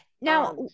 Now